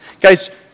Guys